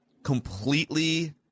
completely